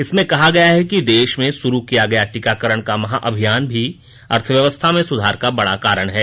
इसमें कहा गया है कि देश में शुरू किया गया टीकाकरण का महाअभियान भी अर्थव्यवस्था में सुधार का बड़ा कारण है